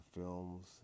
films